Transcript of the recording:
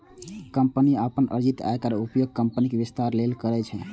company अपन अर्जित आयक उपयोग कंपनीक विस्तार लेल करै छै